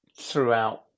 throughout